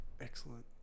Excellent